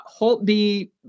Holtby